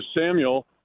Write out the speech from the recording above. Samuel –